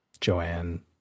Joanne